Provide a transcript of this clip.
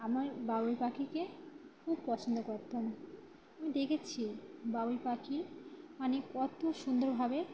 আমার বাবুই পাখিকে খুব পছন্দ করতাম আমি দেখেছি বাবুই পাখি মানে কত সুন্দরভাবে